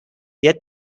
yet